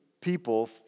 people